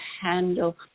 handle